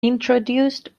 introduced